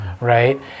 right